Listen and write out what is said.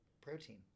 protein